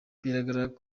biragaragara